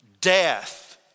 death